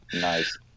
nice